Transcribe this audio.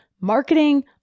marketing